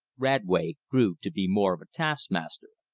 radway grew to be more of a taskmaster.